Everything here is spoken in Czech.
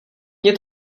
mně